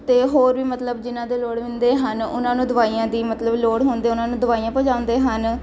ਅਤੇ ਹੋਰ ਵੀ ਮਤਲਬ ਜਿਨ੍ਹਾਂ ਦੇ ਲੋੜਵੰਦ ਹਨ ਉਹਨਾਂ ਨੂੰ ਦਵਾਈਆਂ ਦੀ ਮਤਲਬ ਲੋੜ ਹੁੰਦੀ ਉਹਨਾਂ ਨੂੰ ਦਵਾਈਆਂ ਪਹੁੰਚਾਉਂਦੇ ਹਨ